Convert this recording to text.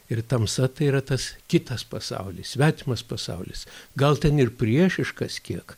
ir tamsa tai yra tas kitas pasaulis svetimas pasaulis gal ten ir priešiškas kiek